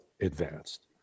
advanced